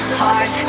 heart